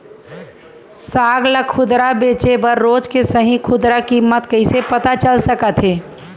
साग ला खुदरा बेचे बर रोज के सही खुदरा किम्मत कइसे पता चल सकत हे?